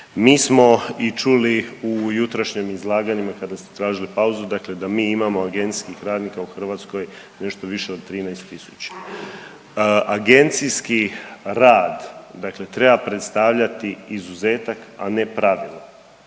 Mi smo i čuli u jutrošnjem izlaganjima kada ste tražili pauzu, dakle da mi imamo agencijskih radnika u Hrvatskoj nešto više od 13 tisuća. Agencijski rad dakle treba predstavljati izuzetak, a ne pravilo,